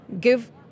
give